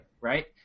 Right